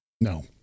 no